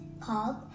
called